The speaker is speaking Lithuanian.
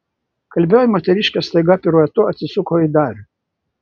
kalbioji moteriškė staiga piruetu atsisuko į darių